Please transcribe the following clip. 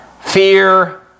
Fear